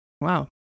Wow